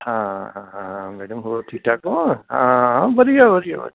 ਹਾਂ ਹਾਂ ਹਾਂ ਹਾਂ ਮੈਡਮ ਹੋਰ ਠੀਕ ਠਾਕ ਹੋ ਹਾਂ ਵਧੀਆ ਵਧੀਆ